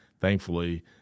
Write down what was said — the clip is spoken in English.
Thankfully